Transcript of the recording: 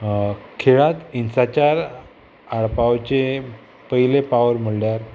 खेळांत हिंसाचार हाडपावचे पयले पावल म्हणल्यार